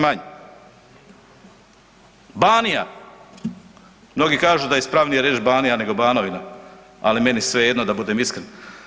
Banija, mnogi kažu da je ispravnije reć Banija nego Banovina, ali meni svejedno, da budem iskren.